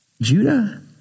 Judah